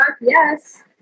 yes